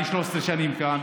אני 13 שנים כאן,